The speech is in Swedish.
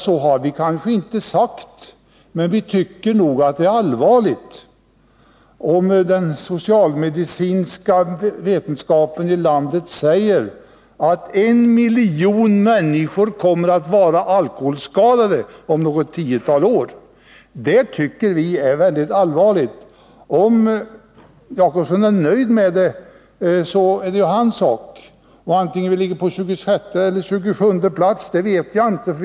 Så har vi inte uttryckt det, men vi tycker att det är mycket allvarligt när den socialmedicinska vetenskapen i landet säger att en miljon människor kommer att vara alkoholskadade om något tiotal år. Om Egon Jacobsson är nöjd med denna situation, är det hans sak. Jag vet inte om vi ligger på 26:e eller 27:e plats i statistiken över den totala alkoholkonsumtionen.